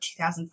2005